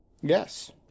Yes